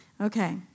Okay